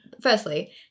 Firstly